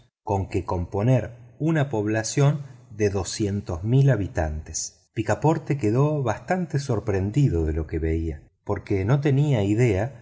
con que componer una población de doscientos mil habitantes picaporte quedó bastante sorprendido de lo que veía porque no tenía idea